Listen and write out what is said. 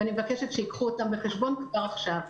ואני מבקשת שיקחו אותם בחשבון כבר עכשיו.